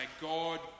God